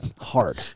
Hard